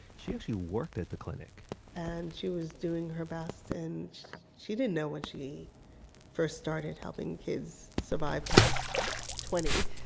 she actually worked at the clinic and she was doing her best. and she didn't know when she first started helping kids survive past twenty